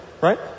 Right